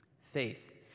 Faith